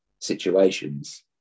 situations